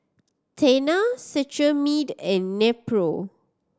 Tena Cetrimide and Nepro